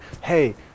hey